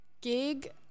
gig